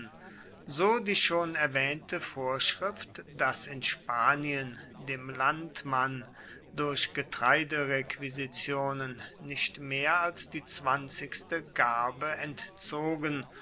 so die schon erwähnte vorschrift daß in spanien dem landmann durch getreiderequisitionen nicht mehr als die zwanzigste garbe entzogen